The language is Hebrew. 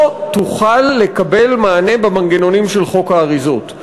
תוכל לקבל מענה במנגנונים של חוק האריזות.